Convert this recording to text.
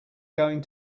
going